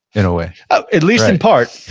in a way at least in part